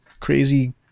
crazy